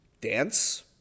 dance